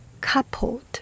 coupled